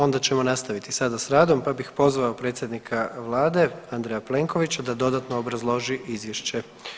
Onda ćemo nastaviti sada sa radom, pa bih pozvao predsjednika Vlade Andreja Plenkovića da dodatno obrazloži izvješće.